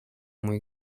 muy